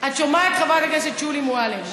את שומעת, חברת הכנסת שולי מועלם?